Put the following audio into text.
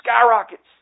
skyrockets